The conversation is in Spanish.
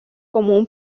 como